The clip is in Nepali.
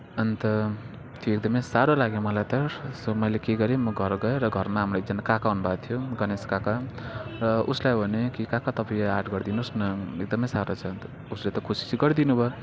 अन्त त्यो एकदमै साह्रो लाग्यो मलाई त सो मैले के गरेँ म घर गएँ र घरमा हाम्रो एकजना काका आउनु भएको थियो गणेश काका र उसलाई भनेँ कि काका तपाईँ यो आर्ट गरिदिनुहोस् न एकदमै साह्रो छ अन्त उसले त कोसिस गरिदिनु भयो